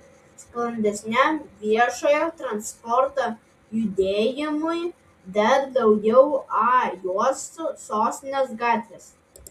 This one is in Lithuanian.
sklandesniam viešojo transporto judėjimui dar daugiau a juostų sostinės gatvėse